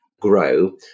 grow